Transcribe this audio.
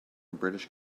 british